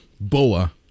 boa